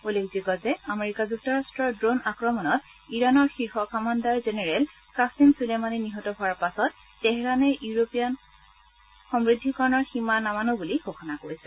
উল্লেখযোগ্য যে আমেৰিকা যুক্তৰাষ্ট্ৰৰ ড্ৰোণ আক্ৰমণত ইৰাণৰ শীৰ্ষ কামাণ্ডাৰ জেনেৰেল কাছিম চুলেমানি নিহত হোৱাৰ পাছত তেহৰাণে ইউৰেনিয়াম সমৃদ্ধকৰণৰ সীমা নামানো বুলি ঘোষণা কৰিছে